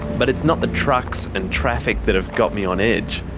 but it's not the trucks and traffic that've got me on edge.